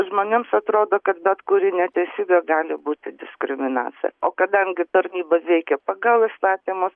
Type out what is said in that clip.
žmonėms atrodo kad bet kuri neteisybė gali būti diskriminacija o kadangi tarnybos veikia pagal įstatymus